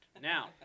now